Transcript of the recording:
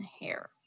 hair